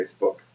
Facebook